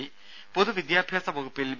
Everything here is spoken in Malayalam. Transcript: രുര പൊതു വിദ്യാഭ്യാസ വകുപ്പിൽ വി